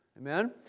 amen